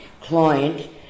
client